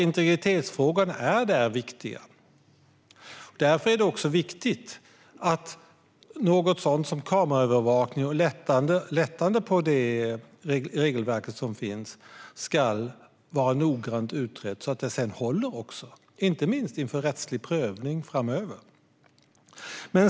Integritetsfrågorna är viktiga på detta område. Därför är det också viktigt att kameraövervakning och lättnader i det regelverk som finns ska vara noggrant utredda, så att det sedan håller, inte minst för en rättslig prövning framöver.